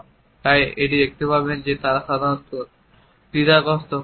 এবং তাই আপনি দেখতে পাবেন যে তারা সাধারণত দ্বিধাগ্রস্ত হয়